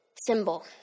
symbol